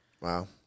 Wow